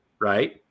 right